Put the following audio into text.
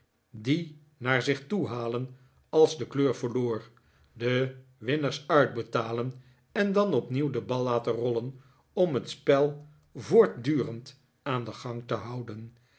die naar zich toehalen als de kleur verloor de winners uitbetalen en dan opnieuw den bal laten rollen om het spel voortdurend aan den gang te houden